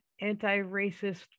anti-racist